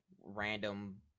random